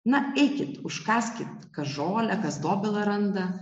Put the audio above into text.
na eikit užkąski kas žolę kas dobilą randa